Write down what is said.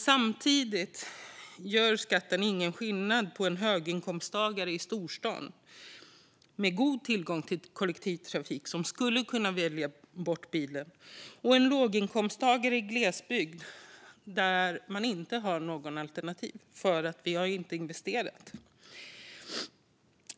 Samtidigt gör skatten ingen skillnad på en höginkomsttagare i en storstad med god tillgång till kollektivtrafik, som skulle kunna välja bort bilen, och en låginkomsttagare i glesbygd, där man inte har något alternativ eftersom det inte har gjorts investeringar.